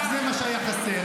לא רק זה מה שהיה חסר.